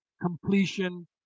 completion